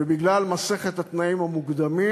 ובגלל מסכת התנאים המוקדמים,